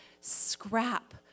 scrap